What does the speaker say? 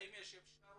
האם יש אפשרות